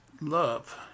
love